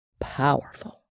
powerful